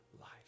life